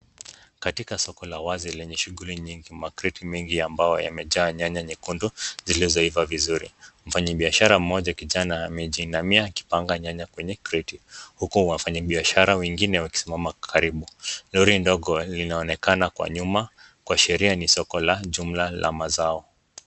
Katika soko la wazi lenye shughuli mingi ,makreti mengi ya mbao yamejaa nyanya nyekundu zilizoiva vizuri. Mfanyibiashara mmoja kijana amejiinamia akipanga nyanya kwenye kreti. Huku wafanyibiashara wengine wakisimama karibu. Lori ndogo linaonekana kwa nyuma ,kuashiria ni soko la jumla la mazao.